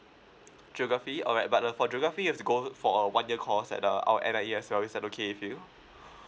geography alright but uh for geography you've to go for a one year course at uh our N_I_E as well is that okay with you